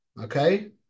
okay